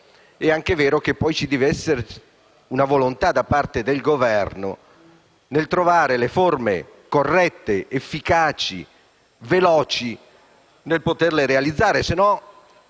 è anche vero che poi ci deve essere la volontà da parte del Governo di trovare le forme corrette, efficaci e veloci per poterli realizzare,